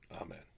amen